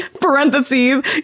parentheses